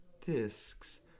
discs